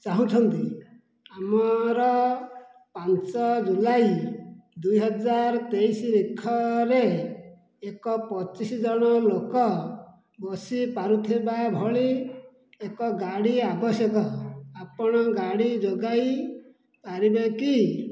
ଚାହୁଁଛନ୍ତି ଆମର ପାଞ୍ଚ ଜୁଲାଇ ଦୁଇ ହଜାର ତେଇଶି ତାରିଖରେ ଏକ ପଚିଶ ଜଣ ଲୋକ ବସିପାରୁଥିବା ଭଳି ଏକ ଗାଡ଼ି ଆବଶ୍ୟକ ଆପଣ ଗାଡ଼ି ଯୋଗାଇ ପାରିବେକି